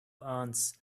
ants